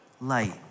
light